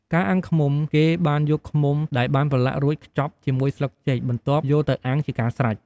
ការអាំងឃ្មុំ គេបានយកឃ្មុំដែលបានប្រឡាក់រួច ខ្ជប់ជាមួយស្លឹកចេក បន្ទាប់យកទៅអាំងជាការស្រេច។